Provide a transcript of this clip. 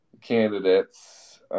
Candidates